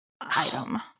item